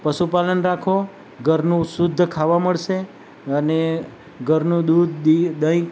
પશુપાલન રાખો ઘરનું શુદ્ધ ખાવા મળશે અને ઘરનું દૂધ દી દહી